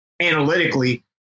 analytically